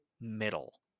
middle